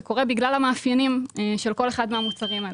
זה קורה בגלל המאפיינים של כל אחד מהמוצרים האלה.